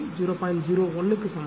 01 க்கு சமம்